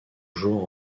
jour